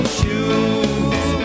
shoes